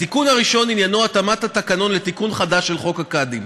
התיקון הראשון עניינו התאמת התקנון לתיקון חדש של חוק הקאדים.